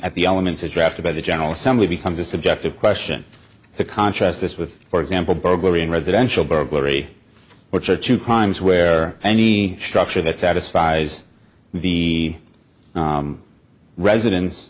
at the elements of drafted by the general assembly becomes a subjective question to contrast this with for example burglary and residential burglary which are two crimes where any structure that satisfies the residence